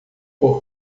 por